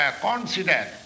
consider